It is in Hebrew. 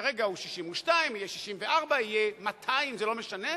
כרגע הוא 62, יהיה 64, יהיה 200, זה לא משנה,